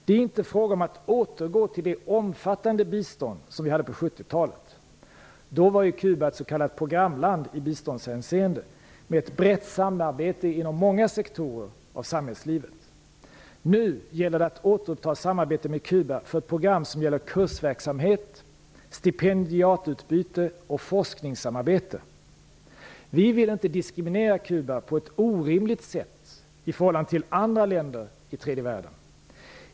Det är inte fråga om att återgå till det omfattande bistånd som vi hade på 70-talet. Då var Kuba ett s.k. programland i biståndshänseende, med ett brett samarbete inom många sektorer av samhällslivet. Nu gäller det att återuppta samarbetet med Kuba för ett program som gäller kursverksamhet, stipendiatutbyte och forskningssamarbete. Vi vill inte diskriminera Kuba på ett orimligt sätt i förhållande till andra länder i tredje världen.